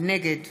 נגד